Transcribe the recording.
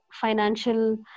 financial